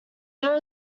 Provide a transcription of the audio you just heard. there